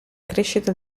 crescita